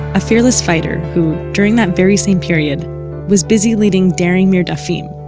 a fearless fighter, who during that very same period was busy leading daring mirdafim,